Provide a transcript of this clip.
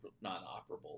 non-operable